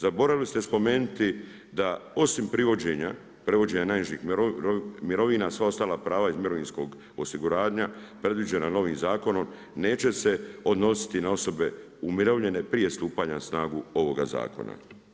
Zaboravili ste spomenuti da osim provođenja najnižih mirovina sva ostala prava iz mirovinskog osiguranja predviđena novim zakonom neće se odnositi na osobe umirovljene prije stupanja na snagu ovoga zakona.